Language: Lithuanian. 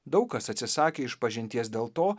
daug kas atsisakė išpažinties dėl to